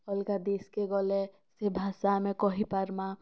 ଅଲଗା ଦେଶକେ ଗଲେ ସେ ଭାଷା ଆମେ କହିପାରମା